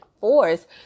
force